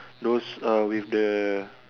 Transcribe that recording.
those uh with the